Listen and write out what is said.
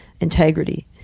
integrity